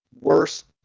worst